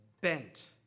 bent